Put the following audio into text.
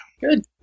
Good